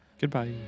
Goodbye